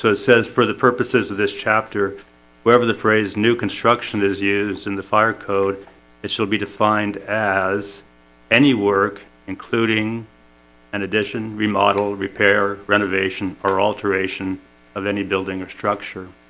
so says for the purposes of this chapter wherever the phrase new construction is use in the fire code it shall be defined as any work including an addition remodel repair renovation or alteration of any building or structure